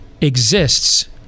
exists